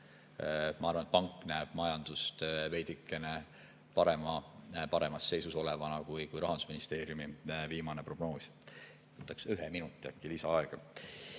Ma arvan, et pank näeb majandust veidikene paremas seisus olevana kui Rahandusministeeriumi viimane prognoos. Võtaksin ühe minuti lisaaega.